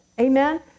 Amen